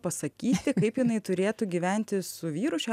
pasakyti kaip jinai turėtų gyventi su vyru šiuo